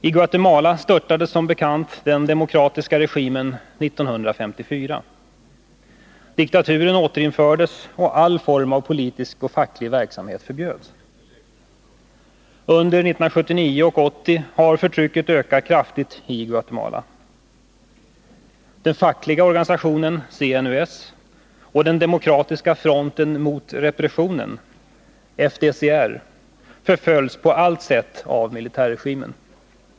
I Guatemala störtades som bekant den demokratiska regimen 1954. Diktaturen återinfördes, och all form av politisk och facklig verksamhet förbjöds. Under 1979 och 1980 har förtrycket ökat kraftigt i Guatemala. Den fackliga organisationen CNUS och den Demokratiska fronten mot repressionen, FDCR, förföljs på allt sätt av militärregimen.